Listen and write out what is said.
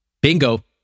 Bingo